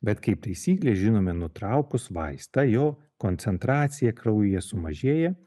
bet kaip taisyklė žinome nutraukus vaistą jo koncentracija kraujyje sumažėja